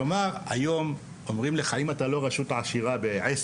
כלומר היום אומרים לך: אם אתה לא רשות עשירה במעמד